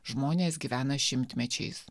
žmonės gyvena šimtmečiais